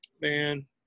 man